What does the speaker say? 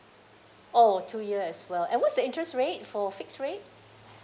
oh two year as well and what's the interest rate for fixed rate